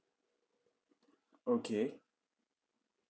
okay